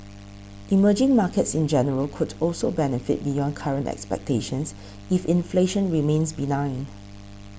emerging markets in general could also benefit beyond current expectations if inflation remains benign